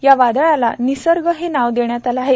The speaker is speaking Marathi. या वादळाला निसर्ग हे नाव देण्यात आलं आहे